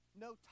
no